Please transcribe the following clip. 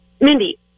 Mindy